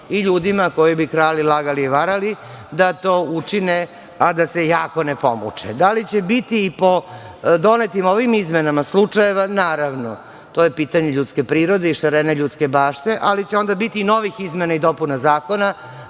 i ljudima koji bi krali, lagali i varali da to učine a da se jako ne pomuče. Da li će biti i po donetim ovim izmenama slučajeva? Naravno. To je pitanje ljudske prirode i šarene ljudske baše ali će onda biti i novih izmena i dopuna zakona